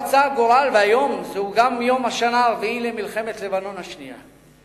רצה הגורל והיום הוא גם יום השנה הרביעי למלחמת לבנון השנייה.